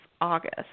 August